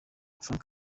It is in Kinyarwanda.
franck